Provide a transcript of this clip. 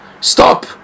Stop